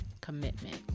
Commitment